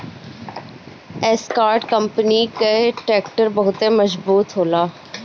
Escort company कअ tractor बहुते मजबूत होला